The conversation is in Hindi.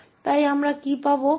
तो हमें क्या मिलता है